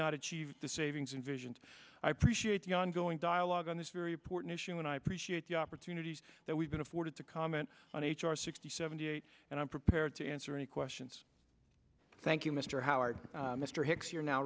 not achieve the savings and visions i appreciate the ongoing dialogue on this very important issue and i appreciate the opportunity that we've been afforded to comment on h r sixty seventy eight and i'm prepared to answer any questions thank you mr howard mr hicks you're now